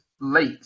late